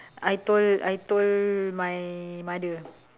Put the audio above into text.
I told I told my mother